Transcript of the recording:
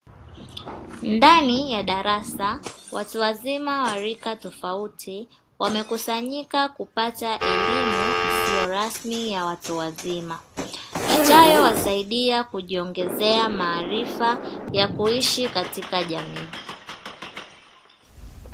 Ndani ya darasa watu wazima wa rika tofauti, wamekusanyika kupata elimu isiyo rasmi ya watu wazima; itayowasaidia kujiongezea maarifa ya kuishi katika jamii.